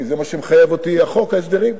כי זה מה שמחייב אותי חוק ההסדרים,